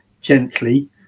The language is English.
gently